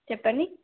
చెప్పండి